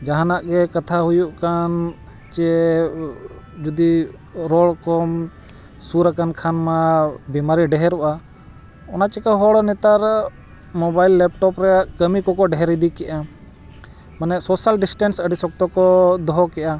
ᱡᱟᱦᱟᱱᱟᱜ ᱜᱮ ᱠᱟᱛᱷᱟ ᱦᱩᱭᱩᱜ ᱠᱟᱱ ᱡᱮ ᱡᱩᱫᱤ ᱨᱚᱲ ᱠᱚᱢ ᱥᱩᱨ ᱟᱠᱟᱱ ᱠᱷᱟᱱ ᱢᱟ ᱵᱤᱢᱟᱨᱤ ᱰᱷᱮᱨᱚᱜᱼᱟ ᱚᱱᱟ ᱪᱤᱠᱟᱹ ᱦᱚᱲ ᱱᱮᱛᱟᱨ ᱢᱳᱵᱟᱭᱤᱞ ᱞᱮᱯᱴᱚᱯ ᱨᱮ ᱠᱟᱹᱢᱤ ᱠᱚᱠᱚ ᱰᱷᱮᱨ ᱤᱫᱤ ᱠᱮᱜᱼᱟ ᱢᱟᱱᱮ ᱥᱳᱥᱟᱞ ᱰᱤᱥᱴᱮᱱᱥ ᱟᱹᱰᱤ ᱥᱚᱠᱛᱚ ᱠᱚ ᱫᱚᱦᱚ ᱠᱮᱜᱼᱟ